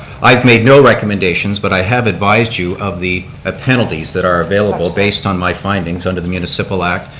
i've made no recommendations but i have advised you of the ah penalties that are available based on my findings under the municipal act.